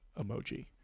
emoji